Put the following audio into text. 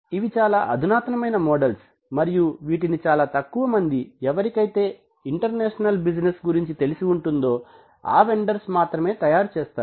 ఇవి చాలా అధునాతనమైన మోడల్స్ మరియు వీటిని చాలా తక్కువ మంది ఎవరికైతే ఇంటర్నేషనల్ బిజినెస్ గురించి తెలిసి ఉంటుందో ఆ వెన్ డార్స్ మాత్రమే తయారుచేస్తారు